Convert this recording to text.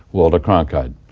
walter cronkite.